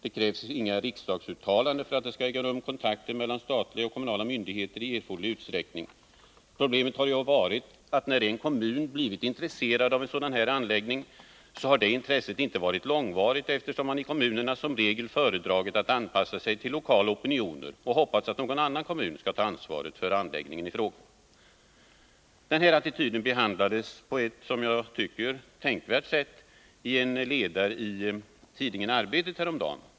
Det krävs inga riksdagsuttalanden för att kontakter mellan statliga och kommunala myndigheter skall äga rum i erforderlig utsträckning. Problemet har ju varit att när en kommun blivit intresserad av en sådan här anläggning, så har det intresset inte varit långvarigt eftersom man i kommunerna som regel föredragit att anpassa sig till lokala opinioner och hoppats att någon annan kommun skall ta ansvaret för anläggningen. Den här attityden behandlades på ett som jag tycker tänkvärt sätt i en ledare i tidningen Arbetet häromdagen.